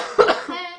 לכן